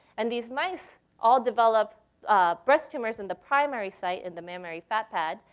and these mice all developed ah breast tumors in the primary site in the mammary fat pad.